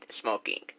smoking